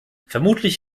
vermutlich